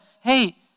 hey